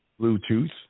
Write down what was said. Bluetooth